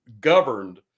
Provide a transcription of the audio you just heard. governed